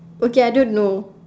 okay I don't know